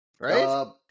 right